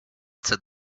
said